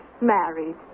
married